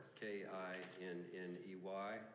K-I-N-N-E-Y